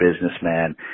businessman